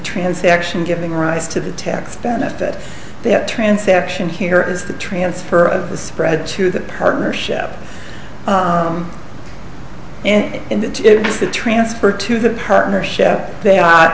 transaction giving rise to the tax benefit that transaction here is the transfer of the spread to that partnership and to transfer to the partnership they are